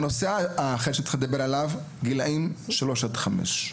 נושא נוסף הוא גילאים שלוש עד חמש.